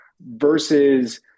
versus